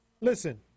Listen